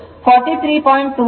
29 ಆಗಿದೆ ಮತ್ತು ಈ ಕೋನವು 36